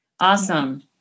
Awesome